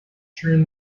during